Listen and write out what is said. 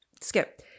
Skip